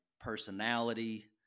personality